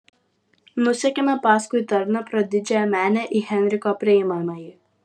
nusekėme paskui tarną pro didžiąją menę į henriko priimamąjį